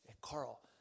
Carl